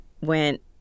went